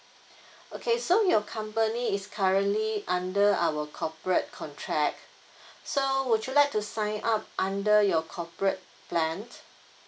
okay so your company is currently under our corporate contract so would you like to sign up under your corporate plan